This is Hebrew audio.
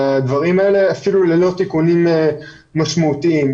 אפילו ללא תיקונים משמעותיים.